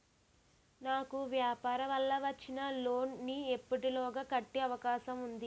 నాకు వ్యాపార వల్ల వచ్చిన లోన్ నీ ఎప్పటిలోగా కట్టే అవకాశం ఉంది?